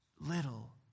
little